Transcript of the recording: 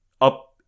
up